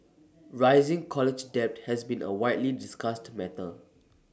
rising college debt has been A widely discussed matter